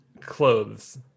Clothes